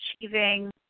achieving